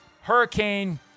hurricane